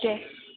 दे